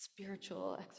spiritual